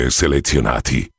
selezionati